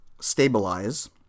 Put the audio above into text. stabilize